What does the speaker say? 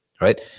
right